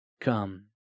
come